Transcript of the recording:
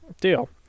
deal